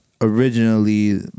originally